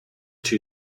two